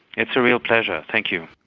it's a real pleasure, thank you.